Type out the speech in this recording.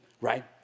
right